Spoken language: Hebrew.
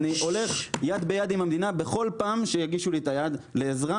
אני הולך יד ביד עם המדינה ובכל פעם שיגישו לי את היד לעזרה,